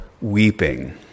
weeping